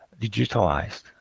digitalized